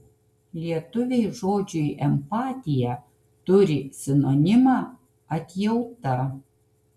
lietuviai žodžiui empatija turi sinonimą atjauta